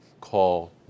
call